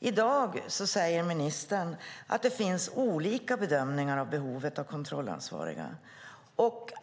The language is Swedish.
I dag säger ministern att det finns olika bedömningar av behovet av kontrollansvariga.